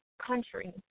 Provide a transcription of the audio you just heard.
country